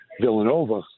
Villanova